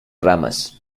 ramas